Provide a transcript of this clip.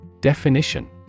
Definition